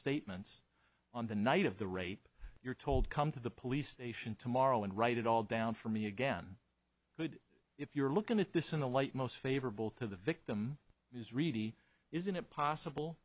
statements on the night of the rape you're told come to the police station tomorrow and write it all down for me again good if you're looking at this in the light most favorable to the victim is ready isn't it possible